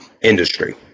industry